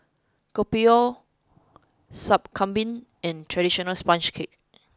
Kopi O sup Kambing and traditional sponge cake